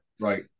right